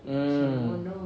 mm